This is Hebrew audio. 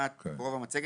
כמעט רוב המצגת.